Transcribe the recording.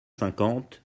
cinquante